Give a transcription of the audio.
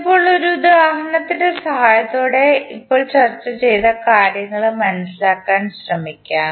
ഇപ്പോൾ ഒരു ഉദാഹരണത്തിൻറെ സഹായത്തോടെ ഇപ്പോൾ ചർച്ച ചെയ്ത കാര്യങ്ങൾ മനസിലാക്കാൻ ശ്രമിക്കാം